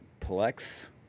Plex